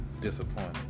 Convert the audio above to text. disappointed